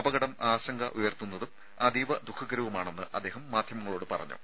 അപകടം ആശങ്ക ഉയർത്തുന്നതും അതീവ ദുഃഖകരവുമാണെന്ന് അദ്ദേഹം മാധ്യമങ്ങളോട് പറഞ്ഞു